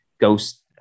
ghost